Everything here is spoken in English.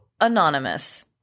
Anonymous